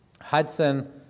Hudson